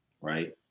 right